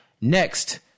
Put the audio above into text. Next